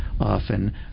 often